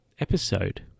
episode